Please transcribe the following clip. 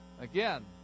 Again